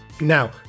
Now